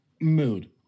Mood